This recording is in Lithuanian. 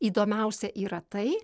įdomiausia yra tai